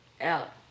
out